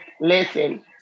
listen